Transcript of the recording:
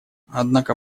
однако